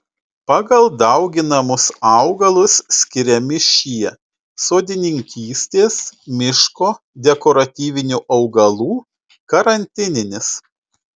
pagal dauginamus augalus skiriami šie sodininkystės miško dekoratyvinių augalų karantininis